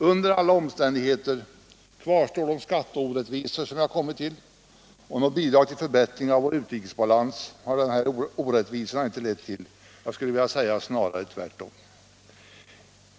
Under alla omständigheter kvarstår de skatteorättvisor som skapats, och något bidrag till förbättring av vår utrikesbalans har dessa orättvisor inte lett till, snarare tvärtom.